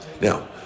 Now